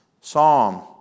Psalm